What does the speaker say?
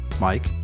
Mike